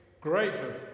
greater